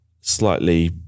slightly